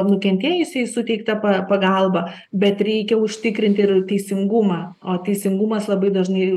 nukentėjusiai suteikta pa papagalba bet reikia užtikrinti ir teisingumą o teisingumas labai dažnai